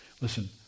listen